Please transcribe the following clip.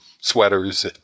sweaters